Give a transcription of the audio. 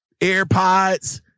AirPods